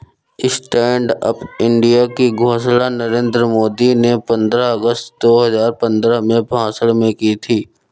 stand Up India की घोषणा नरेंद्र मोदी ने पंद्रह अगस्त दो हजार पंद्रह में भाषण में की थी